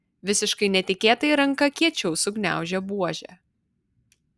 visiškai netikėtai ranka kiečiau sugniaužė buožę